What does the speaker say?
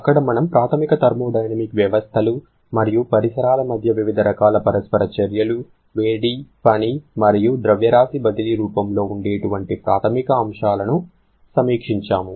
అక్కడ మనము ప్రాథమిక థర్మోడైనమిక్ వ్యవస్థలు మరియు పరిసరాల మధ్య వివిధ రకాల పరస్పర చర్యలు వేడి పని మరియు ద్రవ్యరాశి బదిలీ రూపంలో ఉండేటువంటి ప్రాథమిక అంశాలను సమీక్షించాము